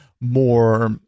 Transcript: more